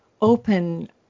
open